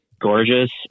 gorgeous